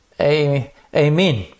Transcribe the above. Amen